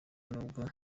nubwo